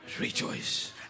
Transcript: rejoice